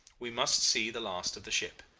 we must see the last of the ship.